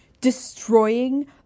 destroying